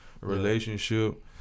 relationship